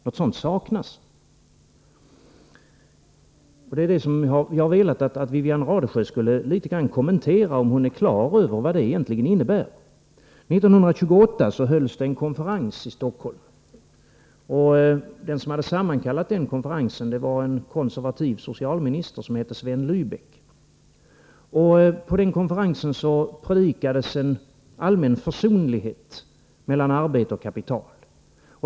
Allt sådant saknas som sagt, och det är detta som jag har velat att Wivi-Anne Radesjö litet grand skulle kommentera. Är Wivi-Anne Radesjö klar över vad detta innebär? 1928 hölls en konferens i Stockholm, som sammankallats av en konservativ socialminister som hette Sven Läbeck. På konferensen predikades en allmän försonlighet mellan arbete och kapital.